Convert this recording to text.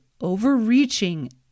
overreaching